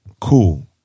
cool